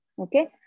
okay